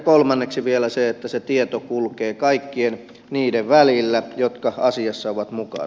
kolmanneksi vielä se että se tieto kulkee kaikkien niiden välillä jotka asiassa ovat mukana